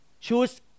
choose